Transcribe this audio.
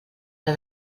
que